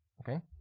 Okay